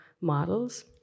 models